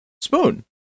Spoon